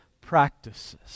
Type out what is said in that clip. practices